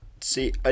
See